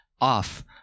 off